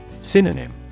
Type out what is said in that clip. Synonym